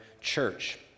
church